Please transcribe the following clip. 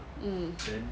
mm